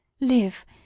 Live